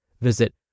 Visit